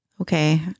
okay